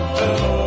hello